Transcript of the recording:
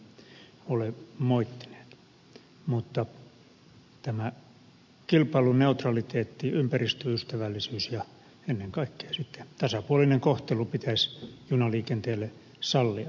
niitä emme ole moittineet mutta tämä kilpailuneutraliteetti ympäristöystävällisyys ja ennen kaikkea sitten tasapuolinen kohtelu pitäisi junaliikenteelle sallia